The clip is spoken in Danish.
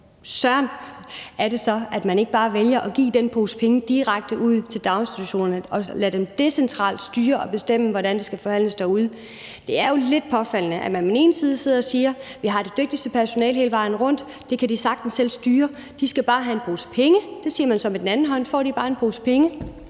søren er det så, at man ikke bare vælger at give den pose penge direkte ud til daginstitutionerne og lade dem decentralt styre og bestemme, hvordan det skal forvaltes derude? Det er jo lidt påfaldende, at man sidder og siger, at vi har det dygtigste personale hele vejen rundt. Vi siger, at det kan de sagtens selv styre, de skal bare have en pose penge. Man kan så sige, at får de bare en pose penge,